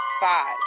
Five